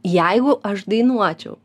jeigu aš dainuočiau